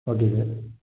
okay sir